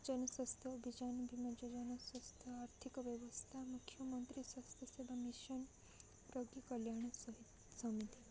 ଜନସାସ୍ଥ୍ୟ ଅଭିଯାନ ବୀମା ଯୋଜନା ସ୍ୱାସ୍ଥ୍ୟ ଆର୍ଥିକ ବ୍ୟବସ୍ଥା ମୁଖ୍ୟମନ୍ତ୍ରୀ ସ୍ୱାସ୍ଥ୍ୟ ସେବା ମିଶନ୍ ରୋଗୀ କଲ୍ୟାଣ ସେବା ସମିତି